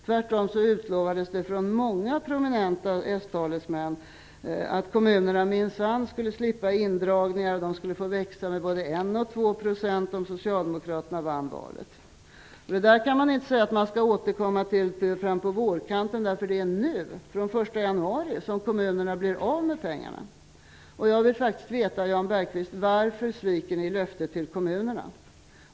Tvärtom utlovades det från många prominenta stalesmän att kommunerna minsann skulle slippa indragningar. De skulle få växa med både 1 och 2 % om Socialdemokraterna vann valet. Det kan man inte säga att man skall återkomma till fram på vårkanten, därför att det är nu - den 1 januari 1995 - som kommunerna blir av med pengarna. Jag vill faktiskt, Jan Bergqvist, veta varför ni sviker löftet till kommunerna.